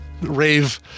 rave